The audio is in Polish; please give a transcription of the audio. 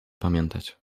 pamiętać